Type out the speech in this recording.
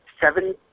Seven